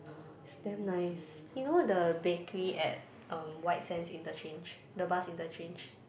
it's damn nice you know the bakery at um White-Sands-Interchange the bus interchange